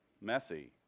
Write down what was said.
messy